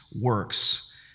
works